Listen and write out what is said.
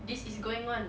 this is going on